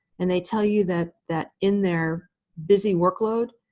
and they tell you that that in their busy workload,